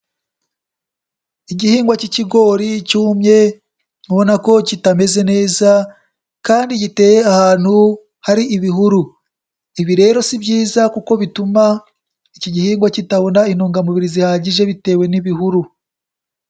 Igihingwa cy'ikigori cyumye ubona ko kitameze neza kandi giteye ahantu hari ibihuru. Ibi rero si byiza kuko bituma iki gihingwa kitabona intungamubiri zihagije bitewe n'ibihuru.